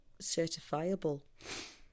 certifiable